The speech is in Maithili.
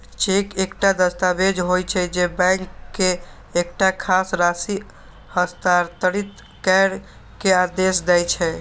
चेक एकटा दस्तावेज होइ छै, जे बैंक के एकटा खास राशि हस्तांतरित करै के आदेश दै छै